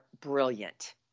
brilliant